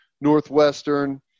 Northwestern –